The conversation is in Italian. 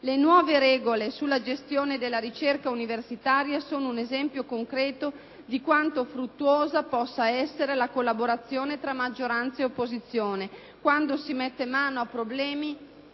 Le nuove regole sulla gestione della ricerca universitaria sono un esempio concreto di quanto fruttuosa possa essere la collaborazione tra maggioranza e opposizione quando si mette mano a problemi